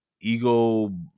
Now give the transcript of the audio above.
ego